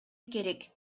керек